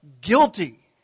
guilty